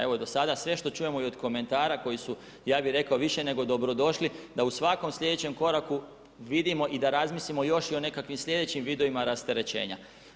Evo i do sada sve što čujemo i od komentara koji su, ja bih rekao više nego dobrodošli da u svakom sljedećem koraku vidimo i da razmislimo još i o nekakvim sljedećim vidovima rasterećenja.